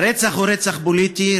הרצח הוא רצח פוליטי,